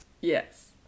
Yes